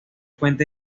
fuente